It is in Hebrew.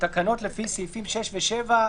שתקנות לפי סעיפים 6 ו-7,